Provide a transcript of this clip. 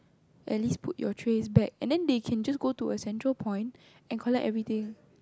at least put your trays back and then they can just go to a central point and collect everything